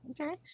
Okay